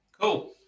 cool